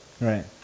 Right